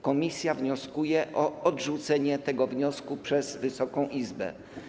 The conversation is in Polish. Komisja wnioskuje o odrzucenie tego wniosku przez Wysoką Izbę.